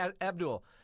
Abdul